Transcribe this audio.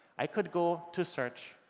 i could go to search,